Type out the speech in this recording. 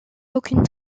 aucune